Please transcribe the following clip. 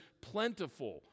plentiful